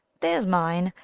there's mine!